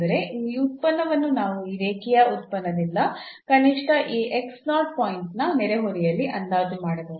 ಅಂದರೆ ಈ ಉತ್ಪನ್ನವನ್ನು ನಾವು ಈ ರೇಖೀಯ ಉತ್ಪನ್ನದಿಂದ ಕನಿಷ್ಠ ಈ ಪಾಯಿಂಟ್ ನ ನೆರೆಹೊರೆಯಲ್ಲಿ ಅಂದಾಜು ಮಾಡಬಹುದು